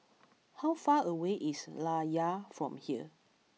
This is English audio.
how far away is Layar from here